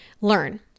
learn